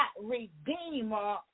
Redeemer